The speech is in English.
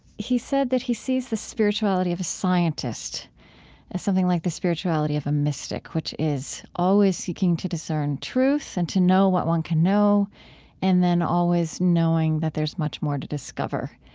he said that he sees the spirituality of a scientist as something like the spirituality of a mystic, which is always seeking to discern truth and to know what one can know and then always knowing that there's much more to discover.